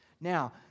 Now